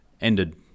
ended